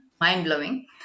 mind-blowing